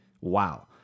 wow